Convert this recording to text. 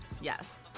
Yes